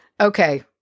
okay